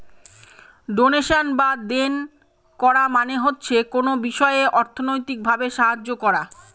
donation বা দেন করা মানে হচ্ছে কোনো বিষয়ে অর্থনৈতিক ভাবে সাহায্য করা